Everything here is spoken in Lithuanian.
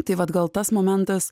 tai vat gal tas momentas